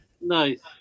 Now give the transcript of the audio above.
Nice